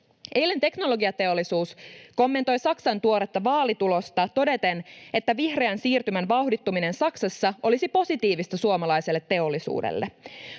Eilen Teknologiateollisuus ry kommentoi Saksan tuoretta vaalitulosta todeten, että vihreän siirtymän vauhdittuminen Saksassa olisi positiivista suomalaiselle teollisuudelle.